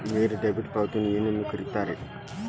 ನೇರ ಡೆಬಿಟ್ ಪಾವತಿಯನ್ನು ಏನೆಂದು ಕರೆಯುತ್ತಾರೆ?